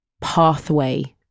pathway